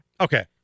Okay